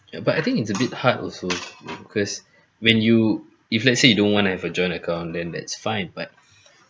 ya but I think it's a bit hard also because when you if let's say you don't wanna have a joint account then that's fine but